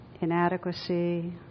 Inadequacy